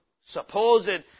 supposed